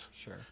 Sure